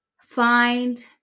find